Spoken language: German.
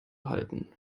halten